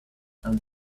and